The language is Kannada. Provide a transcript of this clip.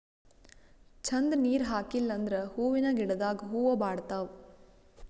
ಛಂದ್ ನೀರ್ ಹಾಕಿಲ್ ಅಂದ್ರ ಹೂವಿನ ಗಿಡದಾಗ್ ಹೂವ ಬಾಡ್ತಾವ್